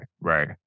right